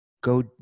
go